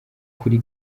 kuri